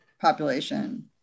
population